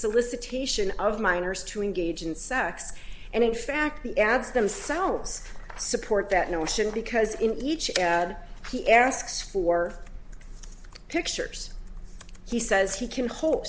solicitation of minors to engage in sex and in fact the ads themselves support that notion because in each he asks for pictures he says he can ho